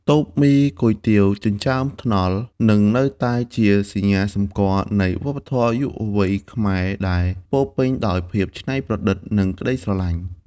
តូបមីគុយទាវចិញ្ចើមថ្នល់ នឹងនៅតែជាសញ្ញាសម្គាល់នៃវប្បធម៌យុវវ័យខ្មែរដែលពោរពេញដោយភាពច្នៃប្រឌិត និងក្តីស្រឡាញ់។